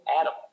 Adam